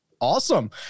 Awesome